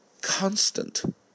constant